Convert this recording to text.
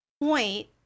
point